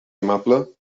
amable